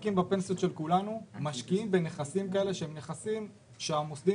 שמחזיקים בפנסיות של כולנו משקיעים בנכנסים כאלה שהם נכסים שהמוסדיים